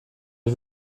ich